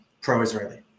pro-Israeli